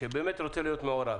שרוצה באמת להיות מעורב,